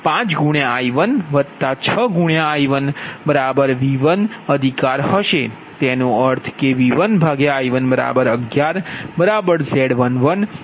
તે 5 ×I1 6 ×I1V1અધિકાર હશે તેનો અર્થ છે V1I111Z11